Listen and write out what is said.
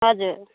हजुर